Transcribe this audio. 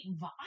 vibe